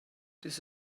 this